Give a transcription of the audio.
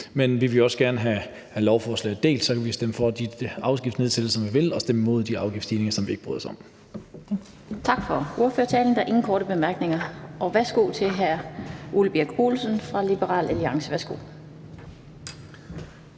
Men vi vil også gerne have lovforslaget delt, for så kan vi stemme for de afgiftsnedsættelser, som vi vil have, og stemme imod de afgiftsstigninger, som vi ikke bryder os om.